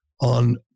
on